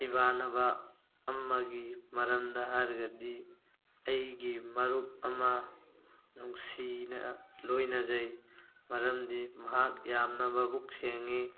ꯏꯃꯥꯟꯅꯕ ꯑꯃꯒꯤ ꯃꯔꯝꯗ ꯍꯥꯏꯔꯒꯗꯤ ꯑꯩꯒꯤ ꯃꯔꯨꯞ ꯑꯃ ꯅꯨꯡꯁꯤꯅ ꯂꯣꯏꯅꯖꯩ ꯃꯔꯝꯗꯤ ꯃꯍꯥꯛ ꯌꯥꯝꯅ ꯃꯕꯨꯛ ꯁꯦꯡꯉꯤ